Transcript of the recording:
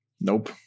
Nope